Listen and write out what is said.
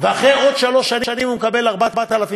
ואחרי עוד שלוש שנים הוא מקבל 4,600,